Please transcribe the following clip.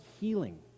healing